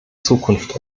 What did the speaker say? zukunft